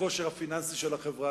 לכושר הפיננסי של החברה,